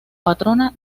patrona